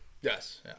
Yes